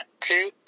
two